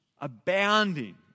abounding